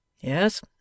Yes